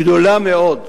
גדולה מאוד,